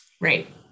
right